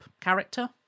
character